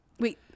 Wait